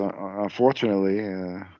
unfortunately